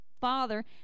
Father